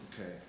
Okay